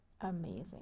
Amazing